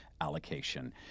allocation